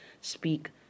Speak